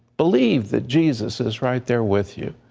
believe that jesus is right there with you.